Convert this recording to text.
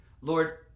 lord